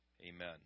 Amen